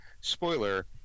spoiler